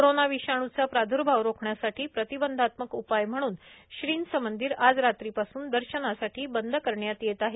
corona विषाणूचा प्रादुर्भाव रोखण्यासाठी प्रतिबंधात्मक उपाय म्हणून श्रींचे मंदिर आज रात्रीपासून दर्शनासाठी बंद करण्यात येत आहे